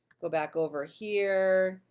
go back over here,